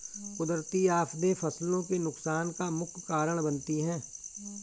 कुदरती आफतें फसलों के नुकसान का मुख्य कारण बनती है